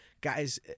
guys